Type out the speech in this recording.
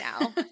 now